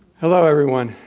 hello, everyone.